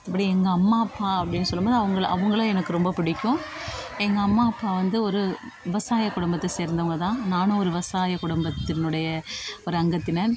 இப்படி எங்கள் அம்மா அப்பா அப்படின்னு சொல்லும் போது அவங்களை அவங்களும் எனக்கு ரொம்ப பிடிக்கும் எங்கள் அம்மா அப்பா வந்து ஒரு விவசாய குடும்பத்தை சேர்ந்தவங்க தான் நானும் ஒரு விவசாய குடும்பத்தினுடைய ஒரு அங்கத்தினர்